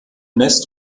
nest